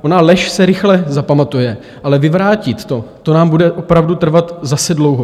Ona lež se rychle zapamatuje, ale vyvrátit to, to nám bude opravdu trvat zase dlouho.